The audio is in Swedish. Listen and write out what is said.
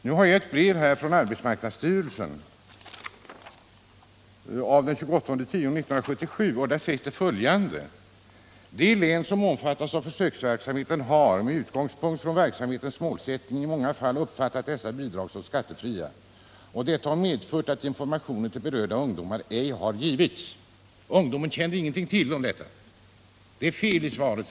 Men jag har ett brev från arbetsmarknadsstyrelsen av den 28 oktober 1977, där det sägs: ”De län som omfattas av försöksverksamheten har, med utgångspunkt från verksamhetens målsättning, i många fall uppfattat dessa bidrag som skattefria och detta har medfört att information till berörda ungdomar ej har givits.” Ungdomarna kände alltså ingenting till om detta. Det är fel i svaret.